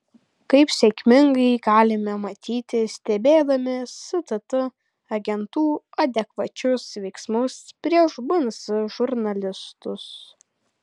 kaip sėkmingai galime matyti stebėdami stt agentų adekvačius veiksmus prieš bns žurnalistus